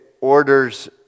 orders